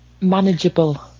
manageable